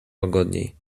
łagodniej